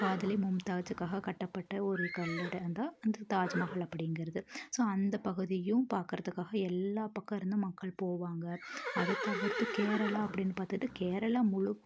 காதலி மும்தாஜ்க்காக கட்டப்பட்ட ஒரு கல்லறை தான் அந்த தாஜ்மஹால் அப்படிங்குறது ஸோ அந்த பகுதியும் பார்க்குறதுக்காக எல்லா பக்கம் இருந்தும் மக்கள் போவாங்க அதை தவிர்த்து கேரளா அப்படின்னு பார்த்துட்டு கேரளா முழுக்க